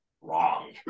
wrong